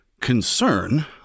concern